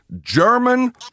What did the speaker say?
German